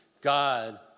God